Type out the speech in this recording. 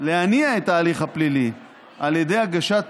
להניע את ההליך הפלילי על ידי הגשת